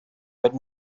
but